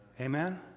Amen